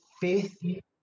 faith